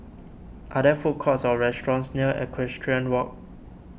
are there food courts or restaurants near Equestrian Walk